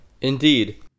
Indeed